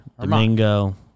Domingo